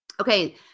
Okay